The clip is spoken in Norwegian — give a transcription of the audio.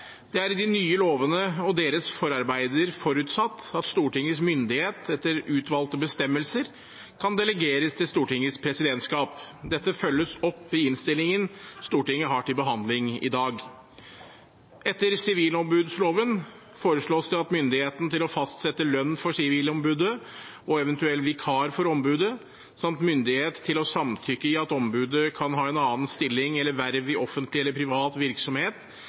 Det er i de nye lovene og deres forarbeider forutsatt at Stortingets myndighet etter utvalgte bestemmelser kan delegeres til Stortingets presidentskap. Dette følges opp i innstillingen Stortinget har til behandling i dag. Etter sivilombudsloven foreslås det at myndigheten til å fastsette lønn for sivilombudet og eventuell vikar for ombudet samt myndighet til å samtykke i at ombudet kan ha annen stilling eller verv i offentlig eller privat virksomhet,